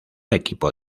equipo